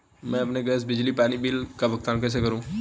मैं अपने गैस, बिजली और पानी बिल का भुगतान कैसे करूँ?